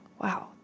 Wow